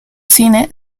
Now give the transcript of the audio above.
cine